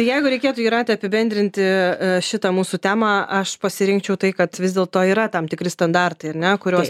tai jeigu reikėtų jūratė apibendrinti šitą mūsų temą aš pasirinkčiau tai kad vis dėlto yra tam tikri standartai ar ne kuriuos